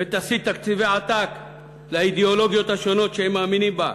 ותסיט תקציבי עתק לאידיאולוגיות השונות שהם מאמינים בהן,